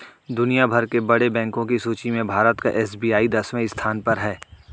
दुनिया भर के बड़े बैंको की सूची में भारत का एस.बी.आई दसवें स्थान पर है